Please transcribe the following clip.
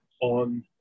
on